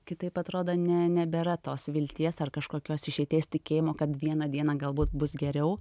kitaip atrodo ne nebėra tos vilties ar kažkokios išeities tikėjimo kad vieną dieną galbūt bus geriau